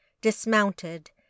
dismounted